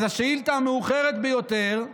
אז השאילתה המאוחרת ביותר,